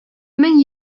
мең